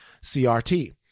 CRT